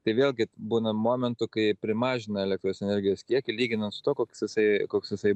tai vėlgi būna momentų kai primažina elektros energijos kiekį lyginant su tuo koks jisai koks jisai